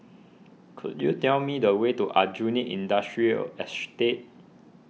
could you tell me the way to Aljunied Industrial Estate